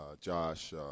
Josh –